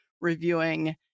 reviewing